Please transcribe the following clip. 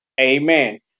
Amen